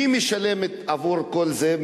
מי משלם עבור כל זה?